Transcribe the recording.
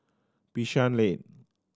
Bishan Lane